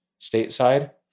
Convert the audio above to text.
stateside